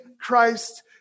Christ